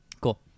Cool